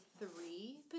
three